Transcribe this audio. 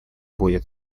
будет